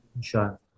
Sure